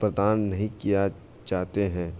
प्रदान नहीं किए जाते हैं